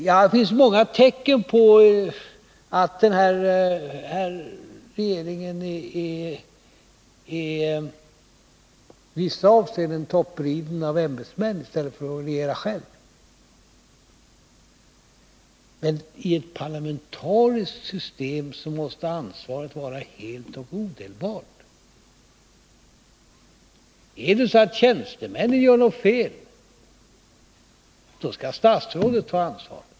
Det finns många tecken på att den här regeringen i vissa avseenden låter sig toppridas av ämbetsmän i stället för att regera själv, men i ett parlamentariskt system måste ansvaret vara helt och odelbart. Om tjänstemännen gör något fel så skall statsrådet ta ansvaret.